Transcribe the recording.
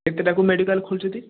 କେତେଟାକୁ medical ଖୋଲୁଛନ୍ତି